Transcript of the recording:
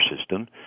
system